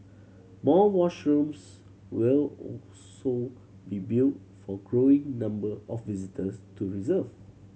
more washrooms will also be built for growing number of visitors to reserve